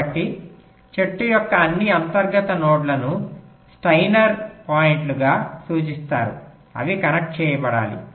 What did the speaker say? కాబట్టి చెట్టు యొక్క అన్ని అంతర్గత నోడ్లను స్టైనర్ పాయింట్లుగా సూచిస్తారు అవి కనెక్ట్ చేయబడాలి